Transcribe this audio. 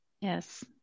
Yes